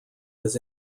his